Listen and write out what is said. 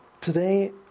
today